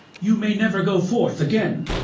you may never go forth again.